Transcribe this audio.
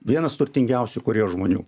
vienas turtingiausių korėjos žmonių